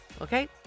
okay